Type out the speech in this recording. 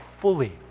fully